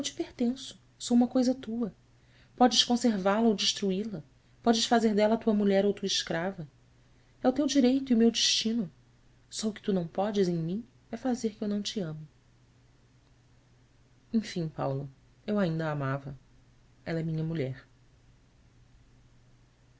pertenço sou uma coisa tua podes conservá-la ou destruí la podes fazer dela tua mulher ou tua escrava é o teu direito e o meu destino só o que tu não podes em mim é fazer que eu não te ame enfim paulo eu ainda a amava ela é minha mulher